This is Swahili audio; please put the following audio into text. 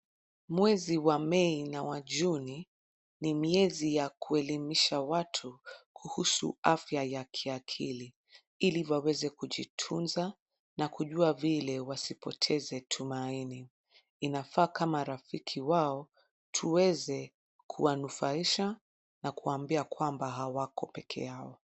Mwezi wa Mei na wa Juni ni miezi ya kuelimisha watu kuhusu afya ya kiakili ili waweze kujitunza na kujua vile wasipoteze tumaini. Inafaa kama rafiki wao tuweze kuwanufaisha na kuwaambia kwamba hawako peke yao.